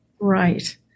Right